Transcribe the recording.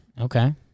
Okay